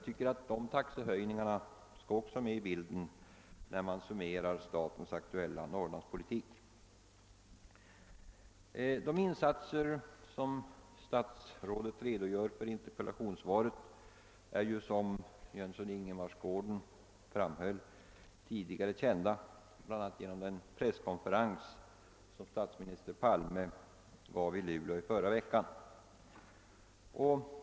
Dessa taxehöjningar måste också tas med i bilden när man summerar statens aktuella Norrlandspolitik. De insatser som statsrådet redogjort för i interpellationssvaret är ju, som herr Jönsson i Ingemarsgården framhöll, tidigare kända bl.a. genom den presskonferens som statsminister Palme gav i Luleå i förra veckan.